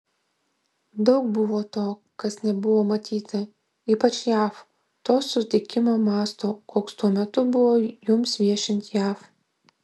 daug buvo to kas nebuvo matyta ypač jav to sutikimo masto koks tuo metu buvo jums viešint jav